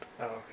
okay